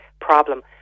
problem